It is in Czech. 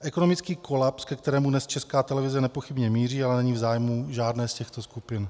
Ekonomický kolaps, ke kterému dnes Česká televize nepochybně míří, ale není v zájmu žádné z těchto skupin.